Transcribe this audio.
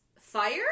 fire